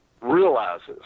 realizes